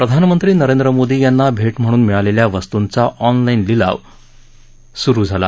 प्रधानमंत्री नरेंद्र मोदी यांना भेट म्हणून मिळालेल्या वस्तूंचा ऑनलाईन लिलाव स्रु झाला